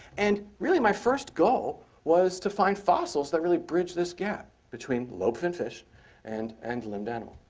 and really my first goal was to find fossils that really bridge this gap between lobed finned fish and and limbed animal.